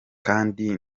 kandi